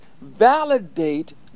validate